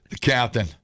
captain